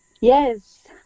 Yes